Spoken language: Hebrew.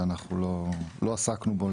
ולא עסקנו בו,